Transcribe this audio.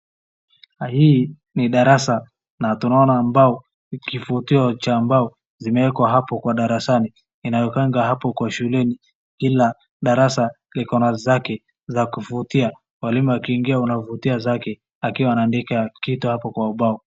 Hii ni darasa na tunaona mbao na kifutio cha mbao zimewekwa hapo kwa darasani. Inawekangwa hapo kwa shuleni kila darasa ikona zake za kufutia. Mwalimu akiingia unamfutia zake akiwa anaandika kitu hapo kwa ubao.